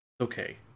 Okay